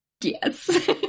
yes